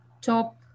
top